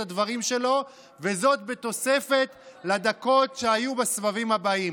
הדברים שלו וזאת בתוספת לדקות שהיו בסבבים הבאים.